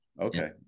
Okay